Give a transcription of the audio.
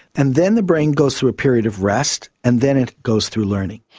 and then the brain goes through a period of rest and then it goes through learning.